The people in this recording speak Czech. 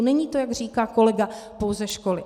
Není to, jak říká kolega, pouze školy.